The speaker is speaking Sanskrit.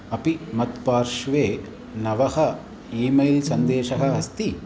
अपि मत्पार्श्वे नवः ई मेल् सन्देशः अस्ति